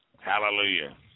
Hallelujah